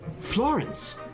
Florence